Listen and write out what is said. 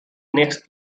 next